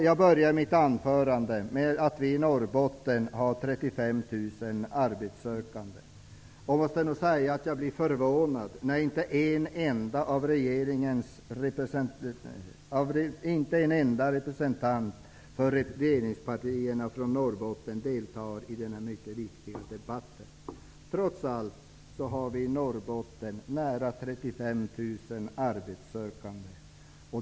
Jag började mitt anförande med att vi i Norrbotten har 35 000 arbetssökande, och jag måste säga att jag är förvånad över att inte en enda representant, som kommer från Norrbotten, från regeringspartierna deltar i denna mycket viktiga debatt. Trots allt har vi i Norrbotten nära 35 000 arbetssökande.